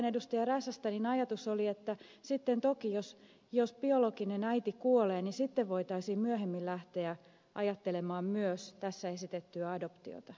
räsästä niin ajatus oli että sitten toki jos biologinen äiti kuolee voitaisiin myöhemmin lähteä ajattelemaan myös tässä esitettyä adoptiota